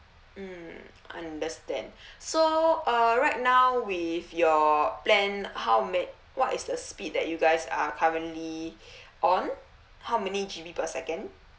mm understand so uh right now with your plan how may what is the speed that you guys are currently on how many G_B per second